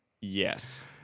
Yes